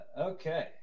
Okay